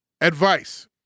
Advice